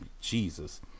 Jesus